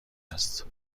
است